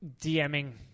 DMing